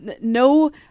no